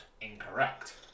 Incorrect